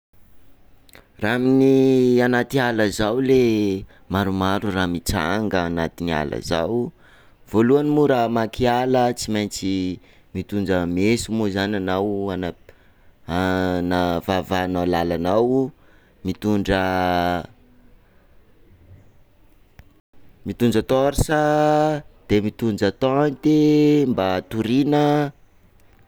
Raha amin'ny anaty zao ley, maromaro raha mitranga anatin'ala zao, voalohany moa raha hamaky ala tsy maintsy mitondra meso moa zany anao hana- h hanavahanao lalanao, mitondra mitondra torche, de mitondra tente i mba hatorina.